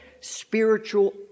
spiritual